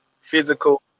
physical